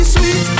Sweet